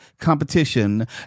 Competition